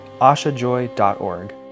ashajoy.org